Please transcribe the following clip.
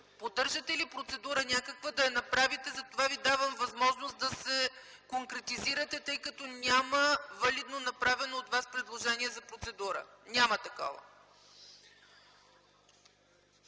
Поддържате ли някаква процедура, за да я направите? Давам Ви възможност да се конкретизирате, тъй като няма валидно направено от Вас предложение за процедура. Няма такова!